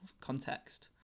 context